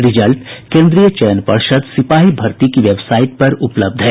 result केंद्रीय चयन पर्षद सिपाही भर्ती की वेबसाइट पर उपलब्ध है